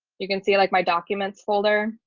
you can see like my documents folder